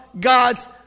God's